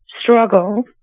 struggle